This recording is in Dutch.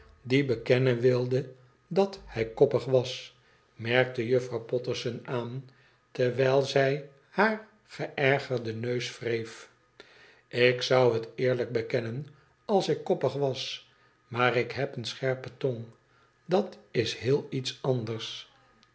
die bekennen wilde dat hij koppig was merkte juffrouw potterson aan terwijl zij haar geërgerden neus wreef ilk zou het eerlijk bekennen als ik koppig was maar ik heb eene scherpe tong dat is heel iets anders